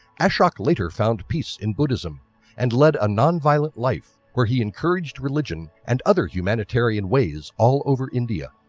ashok later found peace in buddhism and lead a non-violent life where he encouraged religion and other humanitarian ways all over india.